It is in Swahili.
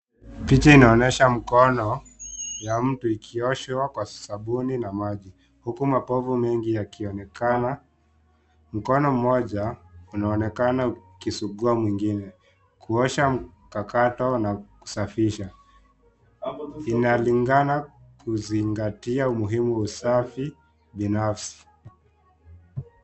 Picha inaonyesha mkono wa mtu ikioshwa kwa sabuni na maji, huku mapovu mengi yakionekana. Mkono mmoja unaonekana ukisugua mwingine, kuosha mkakato na kusafisha inalingana kuzingatia umuhimu wa usafi kibinafsi.